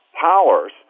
powers